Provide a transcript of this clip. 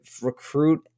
recruit